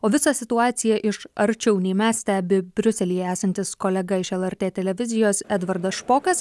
o visą situaciją iš arčiau nei mes stebi briuselyje esantis kolega iš lrt televizijos edvardas špokas